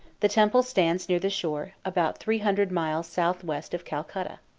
the temple stands near the shore, about three hundred miles south-west of calcutta.